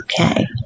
Okay